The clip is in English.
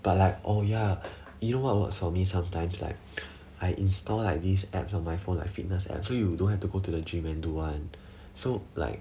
but like oh ya you know what works for me sometimes like I install this apps on my phone like fitness apps so you don't have to go to the gym and do one so like